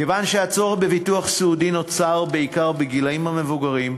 כיוון שהצורך בביטוח סיעודי נוצר בעיקר בגילים המבוגרים,